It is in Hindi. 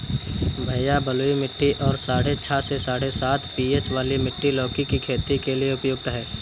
भैया बलुई मिट्टी और साढ़े छह से साढ़े सात पी.एच वाली मिट्टी लौकी की खेती के लिए उपयुक्त है